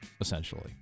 essentially